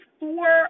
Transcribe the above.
four